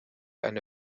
eine